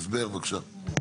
הסבר בבקשה.